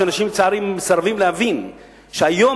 אנשים לצערי מסרבים להבין שהיום,